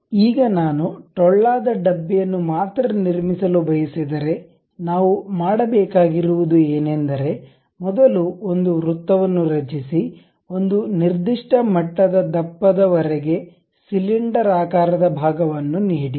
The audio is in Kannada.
ಈಗ ನಾನು ಟೊಳ್ಳಾದ ಡಬ್ಬಿಯನ್ನು ಮಾತ್ರ ನಿರ್ಮಿಸಲು ಬಯಸಿದರೆ ನಾವು ಮಾಡಬೇಕಾಗಿರುವುದು ಏನೆಂದರೆ ಮೊದಲು ಒಂದು ವೃತ್ತವನ್ನು ರಚಿಸಿ ಒಂದು ನಿರ್ದಿಷ್ಟ ಮಟ್ಟದ ದಪ್ಪದವರೆಗೆ ಸಿಲಿಂಡರಾಕಾರದ ಭಾಗವನ್ನು ನೀಡಿ